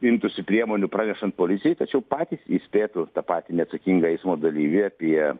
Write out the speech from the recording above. imtųsi priemonių pranešant policijai tačiau patys įspėtų tą patį neatsakingą eismo dalyvį apie